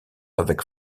avec